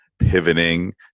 Pivoting